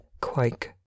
quake